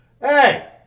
hey